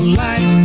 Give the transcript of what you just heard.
light